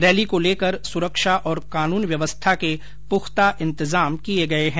rally को लेकर सुरक्षा और कानून व्यवस्था के पुख्ता इंतजाम किए गए हैं